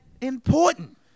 important